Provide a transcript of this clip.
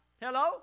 hello